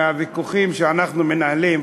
מהוויכוחים שאנחנו מנהלים,